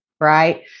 right